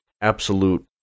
absolute